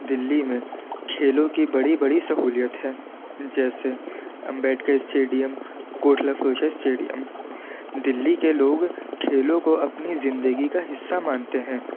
دلی میں کھیلوں کی بڑی بڑی سہولیت ہے جیسے امبیڈکر اسٹیڈیم کوٹلہ فیروز شاہ اسٹیڈیم دلی کے لوگ کھیلوں کو اپنی زندگی کا حصہ مانتے ہیں